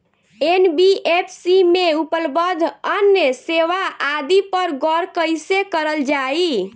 NBFC में उपलब्ध अन्य सेवा आदि पर गौर कइसे करल जाइ?